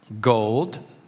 Gold